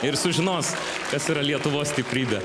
ir sužinos kas yra lietuvos stiprybė